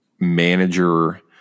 manager